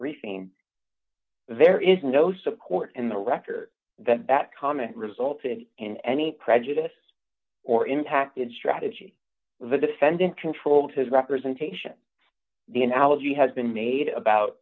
briefing there is no support in the record that that comment resulted in any prejudice or impacted strategy the defendant controlled his representation the analogy has been made about